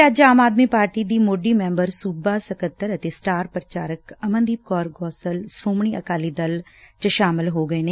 ਅੱਜ ਆਮ ਆਦਮੀ ਪਾਰਟੀ ਦੀ ਮੋਢੀ ਮੈਬਰ ਸੁਬਾ ਸਕੱਤਰ ਅਤੇ ਸਟਾਰ ਪ੍ਰਚਾਰਕ ਅਮਨਦੀਪ ਕੌਰ ਗੋਸਲ ਸ੍ਰੋਮਣੀ ਅਕਾਲੀ ਦਲ ਵਿਚ ਸ਼ਾਮਲ ਹੋ ਗਏ ਨੇ